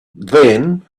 then